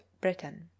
Britain